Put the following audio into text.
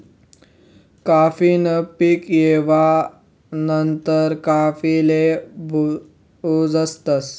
काफी न पीक येवा नंतर काफीले भुजतस